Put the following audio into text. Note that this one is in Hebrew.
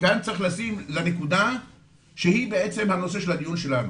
וכאן צריך לשים לב לנקודה שהיא בעצם הנושא של הדיון שלנו